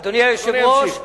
אדוני היושב-ראש,